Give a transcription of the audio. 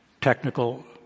technical